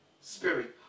spirit